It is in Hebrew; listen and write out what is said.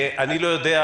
אני לא יודע,